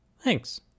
Thanks